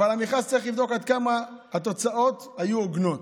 אבל במכרז צריך לבדוק עד כמה התוצאות היו הוגנות.